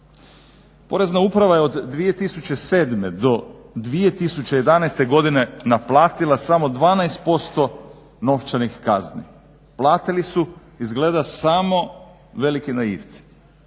Porezna uprava je od 2007. do 2011. godine naplatila samo 12% novčanih kazni. Platili su izgleda samo veliki naivci.